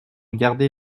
garder